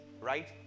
right